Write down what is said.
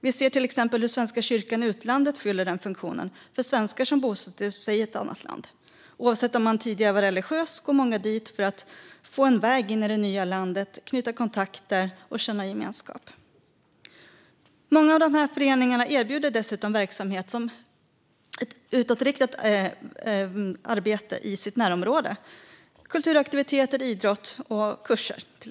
Vi ser till exempel hur Svenska kyrkan i utlandet fyller den funktionen för svenskar som bosätter sig i ett annat land. Oavsett om man tidigare var religiös eller ej går många dit för att få en väg in i det nya landet, knyta kontakter och få känna gemenskap. Många av föreningarna erbjuder dessutom utåtriktad verksamhet i sitt närområde, till exempel kulturaktiviteter, idrott och kurser.